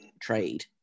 trade